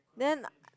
then